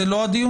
זה לא הדיון?